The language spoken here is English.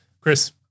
Chris